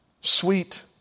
sweet